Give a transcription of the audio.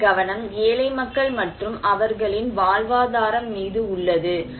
அவர்களின் கவனம் ஏழை மக்கள் மற்றும் அவர்களின் வாழ்வாதாரம் மீது உள்ளது